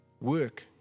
Work